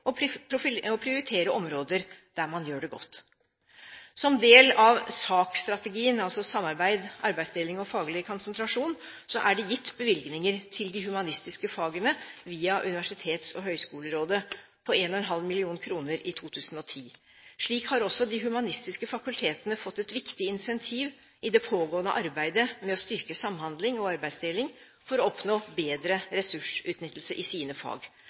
og prioritere områder der man gjør det godt. Som del av SAK-strategien, altså Samarbeid, arbeidsdeling og faglig konsentrasjon, er det gitt bevilgninger til de humanistiske fagene via Universitets- og høyskolerådet på 1,5 mill. kr i 2010. Slik har også de humanistiske fakultetene fått et viktig incentiv i det pågående arbeidet med å styrke samhandling og arbeidsdeling for å oppnå bedre ressursutnyttelse i sine fag.